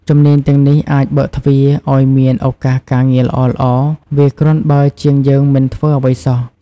ជំនាញទាំងនេះអាចបើកទ្វារឲ្យមានឱកាសការងារល្អៗ វាគ្រាន់បើជាងយើងមិនធ្វើអ្វីសោះ។